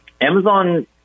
Amazon